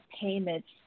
payments